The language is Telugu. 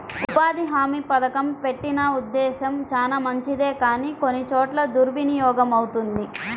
ఉపాధి హామీ పథకం పెట్టిన ఉద్దేశం చానా మంచిదే కానీ కొన్ని చోట్ల దుర్వినియోగమవుతుంది